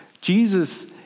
Jesus